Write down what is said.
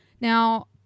Now